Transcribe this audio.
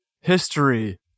history